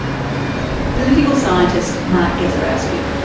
political scientist, mark gasiorowski.